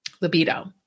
Libido